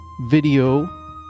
video